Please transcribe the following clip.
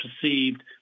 perceived